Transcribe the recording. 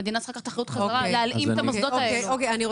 המדינה צריכה לקחת אחריות חזרה,